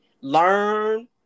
learn